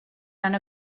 anant